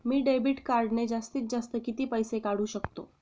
मी debit कार्डने जास्तीत जास्त किती पैसे काढू शकतो?